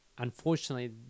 Unfortunately